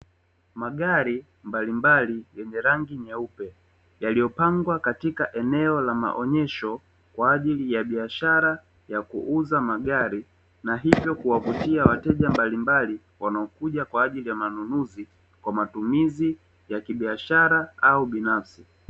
Magari mbalimbali yenye rangi nyeupe yaliyopangwa katika eneo la maonyesho kwa ajili ya biashara ya kuuza magari na hivyo kuwavutia wateja mbalimbali wanaokuja kwa ajili ya manunuzi kwa matumizi ya kibiashara au binafsi.